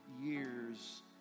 years